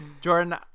Jordan